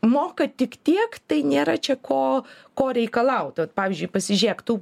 moka tik tiek tai nėra čia ko ko reikalaut vat pavyzdžiui pasižiūrėk tų